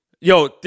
Yo